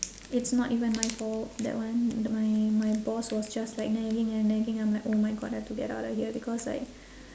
it's not even my fault that one my my boss was just like nagging and nagging I'm like oh my god I've to get out of here because like